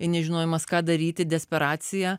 ir nežinojimas ką daryti desperaciją